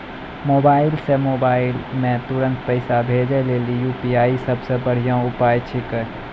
mobile से mobile मे तुरन्त पैसा भेजे लेली यू.पी.आई सबसे बढ़िया उपाय छिकै